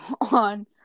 on